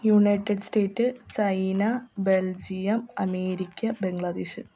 united state China Belgium America Bangladesh